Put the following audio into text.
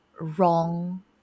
wrong